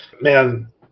man